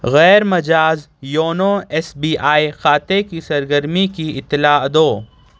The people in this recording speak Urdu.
غیر مجاز یونو ایس بی آئی خاتے کی سرگرمی کی اطلاع دو